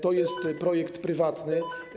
To jest projekt prywatny.